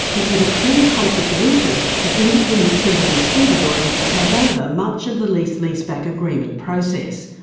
it was a clear conflict of interest for independent timbers and stevedoring to take over much of the lease-leaseback agreement process.